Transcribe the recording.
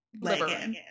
liver